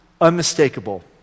unmistakable